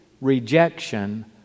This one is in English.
rejection